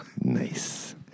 Nice